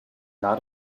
not